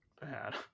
bad